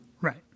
Right